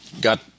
got